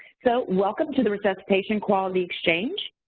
so, welcome to the resuscitation quality exchange,